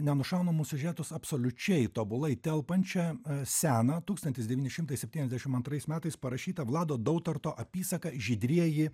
nenušaunamus siužetus absoliučiai tobulai telpančią seną tūkstantis devyni šimtai septyniasdešimt antrais metais parašytą vlado dautarto apysaką žydrieji